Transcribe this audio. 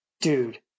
dude